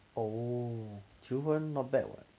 oh 求婚 not bad [what]